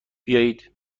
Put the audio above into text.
بیایید